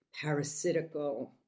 parasitical